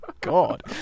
God